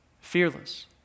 fearless